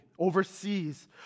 overseas